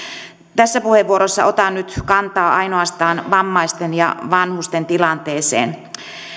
tässä puheenvuorossa otan nyt kantaa ainoastaan vammaisten ja vanhusten tilanteeseen